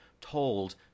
told